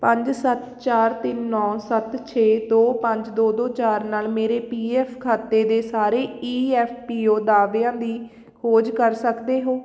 ਪੰਜ ਸੱਤ ਚਾਰ ਤਿੰਨ ਨੌ ਸੱਤ ਛੇ ਦੋ ਪੰਜ ਦੋ ਦੋ ਚਾਰ ਨਾਲ ਮੇਰੇ ਪੀ ਐਫ ਖਾਤੇ ਦੇ ਸਾਰੇ ਈ ਐਫ ਪੀ ਓ ਦਾਅਵਿਆਂ ਦੀ ਖੋਜ ਕਰ ਸਕਦੇ ਹੋ